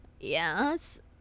yes